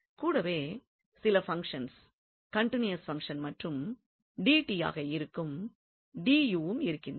கூடவே சில functions continuous function மற்றும் ஆக இருக்கும் யும் இருக்கின்றது